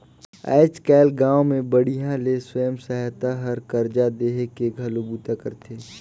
आयज कायल गांव मे बड़िहा ले स्व सहायता हर करजा देहे के घलो बूता करथे